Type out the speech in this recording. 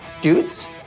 Dudes